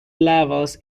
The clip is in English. levels